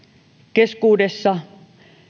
keskuudessa